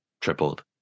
tripled